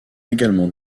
également